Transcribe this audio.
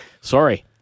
Sorry